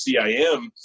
CIM